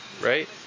right